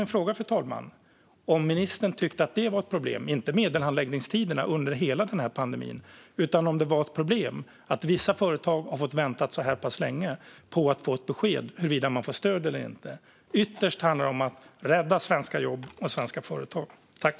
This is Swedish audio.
Min fråga var om ministern tycker att detta är ett problem, inte medelhandläggningstiderna under hela pandemin utan att vissa företag har fått vänta så här länge på att få ett besked om de får stöd eller inte. Ytterst handlar det om att rädda svenska jobb och företag.